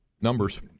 numbers